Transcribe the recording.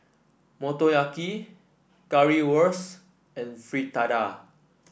Motoyaki Currywurst and Fritada